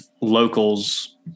locals